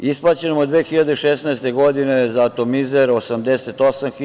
Isplaćeno mu je 2016. godine za atomizer 88.000.